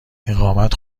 اقامت